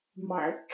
mark